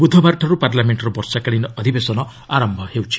ବୁଧବାରଠାରୁ ପାର୍ଲାମେଣ୍ଟର ବର୍ଷାକାଳୀନ ଅଧିବେଶନ ଆରମ୍ଭ ହେଉଛି